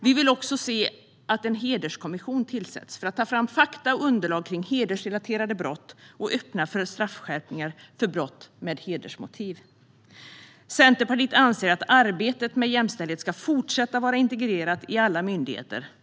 Vi vill också se att en hederskommission tillsätts. Den ska ta fram fakta och underlag om hedersrelaterade brott, och vi öppnar för straffskärpningar för brott med hedersmotiv. Centerpartiet anser att arbetet med jämställdhet fortsatt ska vara integrerat i alla myndigheter.